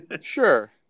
Sure